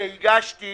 אני הגשתי